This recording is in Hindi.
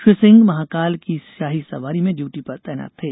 श्री सिंह महाकाल की शाही सवारी में ड्यूटी पर तैनात थे